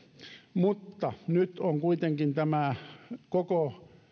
mutta nyt on kuitenkin todennäköisesti koko